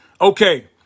Okay